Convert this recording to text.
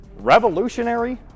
Revolutionary